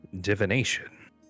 Divination